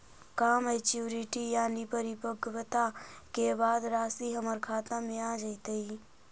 का मैच्यूरिटी यानी परिपक्वता के बाद रासि हमर खाता में आ जइतई?